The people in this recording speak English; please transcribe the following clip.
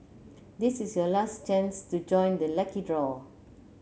this is your last chance to join the lucky draw